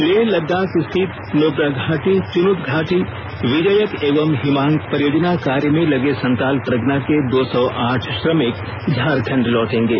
लेह लद्दाख स्थित नुब्रा घाटी चुनुथु घाटी विजयक एवं हिमांक परियोजना कार्य में लगे संताल परगना के दो सौ आठ श्रमिक झारखंड लौटेंगे